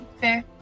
Fair